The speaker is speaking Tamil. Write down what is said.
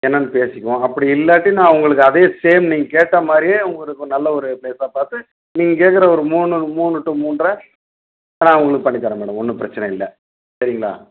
என்னென்னு பேசிக்குவோம் அப்படி இல்லாட்டி நான் உங்களுக்கு அதே சேம் நீங்கள் கேட்ட மாதிரியே உங்களுக்கு நல்ல ஒரு ப்ளேஸாக பார்த்து நீங்கள் கேட்குற ஒரு மூணு மூணு டு மூன்றரை நான் உங்களுக்கு பண்ணித் தரேன் மேடம் ஒன்றும் பிரச்சின இல்லை சரிங்களா